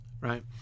right